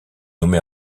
nommée